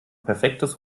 perfektes